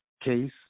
case